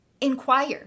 inquire